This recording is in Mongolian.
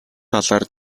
талаар